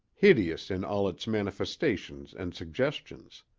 hideous in all its manifestations and suggestions.